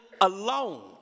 alone